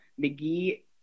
McGee